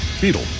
Beetle